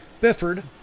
Bifford